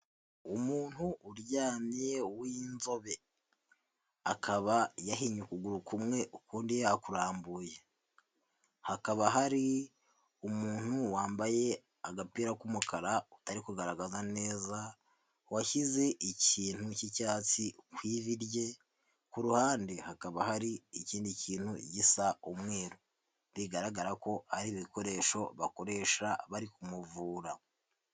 Umuntu uryamye w'inzobe, akaba yahinye ukuguru kumwe, ukundi yakurambuye, hakaba hari umuntu wambaye agapira k'umukara utari kugaragaza neza washyize ikintu cy'icyatsi ku ivi rye, ku ruhande hakaba hari ikindi kintu gisa umweru bigaragara ko ari ibikoresho bakoresha bari ku muvura.